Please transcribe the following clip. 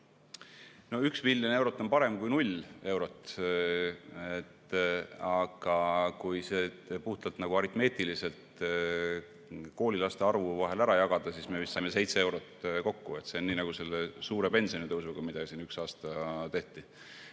No 1 miljon eurot on parem kui 0 eurot. Aga kui see puhtalt aritmeetiliselt koolilaste arvu vahel ära jagada, siis me saame vist seitse eurot. See on nii nagu selle suure pensionitõusuga, mida siin üks aasta tehti.